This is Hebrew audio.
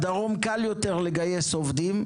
בדרום קל יותר לגייס עובדים,